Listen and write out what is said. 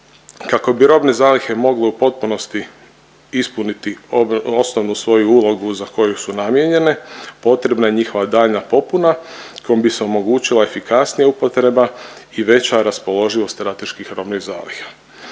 kako bi robne zalihe mogle u potpunosti ispuniti osnovnu svoju ulogu za koju su namijenjene, potrebna je njihova daljnja popuna kojom bi se omogućila efikasnija upotreba i veća raspoloživost strateških robnih zaliha.